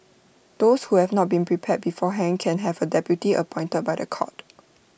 those who have not been prepared beforehand can have A deputy appointed by The Court